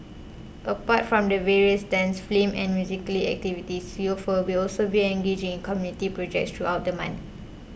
apart from the various dance film and musically activities youths for bill serve engaging in community projects throughout the month